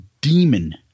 demon